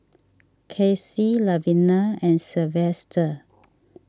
Kaci Lavina and Sylvester